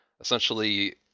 essentially